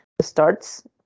starts